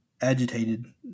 agitated